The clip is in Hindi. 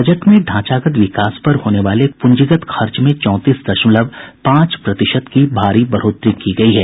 बजट में ढांचागत विकास पर होने वाले पूंजीगत खर्च में चौंतीस दशमलव पांच प्रतिशत की भारी बढ़ोतरी की गयी है